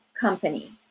company